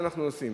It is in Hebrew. מה אנחנו עושים.